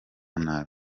nabi